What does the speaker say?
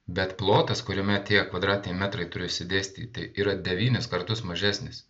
bet plotas kuriame tie kvadratiniai metrai turi išsidėstyti yra devynis kartus mažesnis